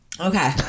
Okay